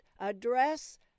address